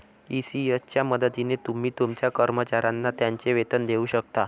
ECS च्या मदतीने तुम्ही तुमच्या कर्मचाऱ्यांना त्यांचे वेतन देऊ शकता